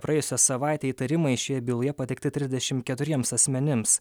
praėjusią savaitę įtarimai šioje byloje pateikti trisdešim keturiems asmenims